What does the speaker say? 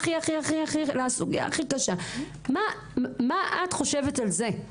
מה את חושבת על זה?